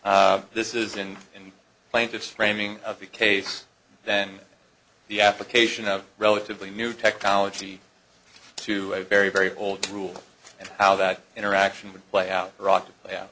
s this is in the plaintiff's framing of the case then the application of relatively new technology to a very very old rule and how that interaction would play out iraq yeah